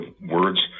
words